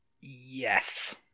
Yes